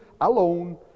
alone